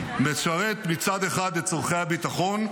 משרת מצד אחד את צורכי הביטחון,